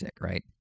right